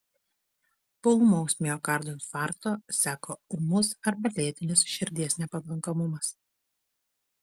po ūmaus miokardo infarkto seka ūmus arba lėtinis širdies nepakankamumas